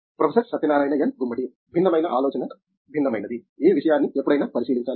professor Satyanarayana N Gummadi భిన్నమైన ఆలోచన భిన్నమైనది ఈ విషయాన్ని ఎప్పుడైనా పరిశీలించాలి